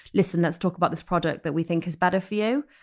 listen, let's talk about this product that we think is better for you.